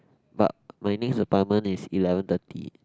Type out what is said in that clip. but my next appointment is eleven thirty